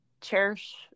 cherish